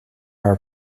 are